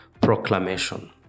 proclamation